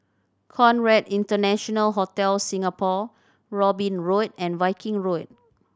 Conrad International Hotel Singapore Robin Road and Viking Road